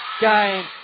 game